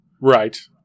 Right